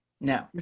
no